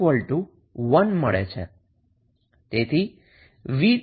તેથી vtest 0